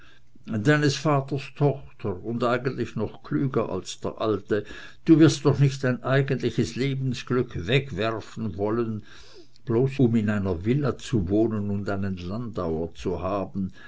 deines vaters tochter und eigentlich noch klüger als der alte du wirst doch nicht dein eigentliches lebensglück wegwerfen wollen bloß um in einer villa zu wohnen und einen landauer zu haben